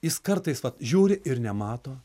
jis kartais žiūri ir nemato